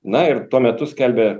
na ir tuo metu skelbė